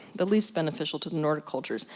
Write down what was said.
the least beneficial to the nordic cultures.